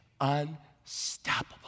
unstoppable